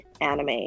anime